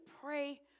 pray